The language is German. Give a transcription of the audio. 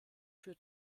für